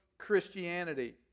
Christianity